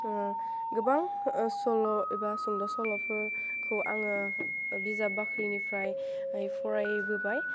गोबां सल' एबा सुंद' सल'फोरखौ आङो बिजाब बाख्रिनिफ्राय फरायबोबाय